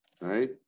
Right